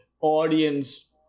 audience